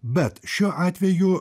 bet šiuo atveju